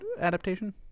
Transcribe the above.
adaptation